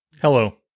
Hello